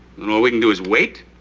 and all we can do is wait?